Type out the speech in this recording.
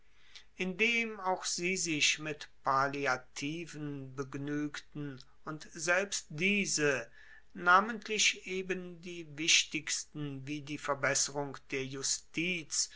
indem auch sie sich mit palliativen begnuegten und selbst diese namentlich eben die wichtigsten wie die verbesserung der justiz